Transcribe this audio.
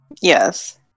Yes